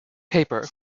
paper